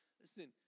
Listen